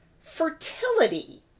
fertility